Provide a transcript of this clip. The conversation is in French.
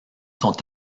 sont